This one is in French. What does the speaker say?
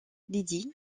lydie